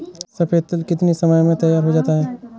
सफेद तिल कितनी समय में तैयार होता जाता है?